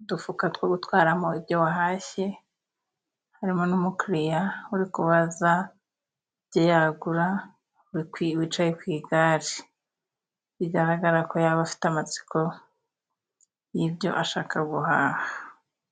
udufuka two gutwaramo ibyo wahashye, harimo n'umukiriya uri kubaza ibyo yagura wikwi wicaye ku igare, bigaragarako yaba afite amatsiko y'ibyo ashaka guhaha.